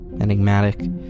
enigmatic